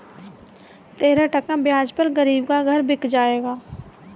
तेरह टका ब्याज पर गरीब का घर बिक जाएगा